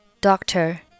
doctor